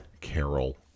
Carol